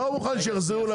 לא מוכן שיחזרו אלי